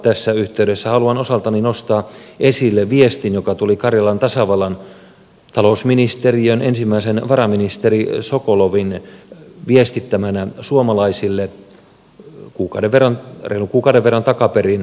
tässä yhteydessä haluan osaltani nostaa esille viestin joka tuli karjalan tasavallan talousministeriön ensimmäisen varaministerin sokolovin viestittämänä suomalaisille reilun kuukauden verran takaperin